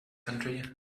country